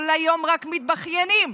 כל היום רק מתבכיינים.